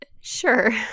Sure